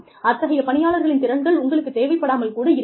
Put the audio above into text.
அத்தகைய பணியாளர்களின் திறன்கள் உங்களுக்குத் தேவைப்படாமல் கூட இருக்கலாம்